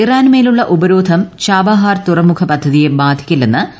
ഇറാനുമേലുള്ള ഉപരോധം ചാബഹാർ തുറമുഖ പദ്ധതിയെ ബാധിക്കില്ലെന്ന് അമേരിക്ക